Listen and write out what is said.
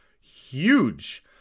Huge